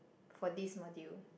for this module